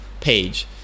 page